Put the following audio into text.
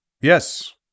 Yes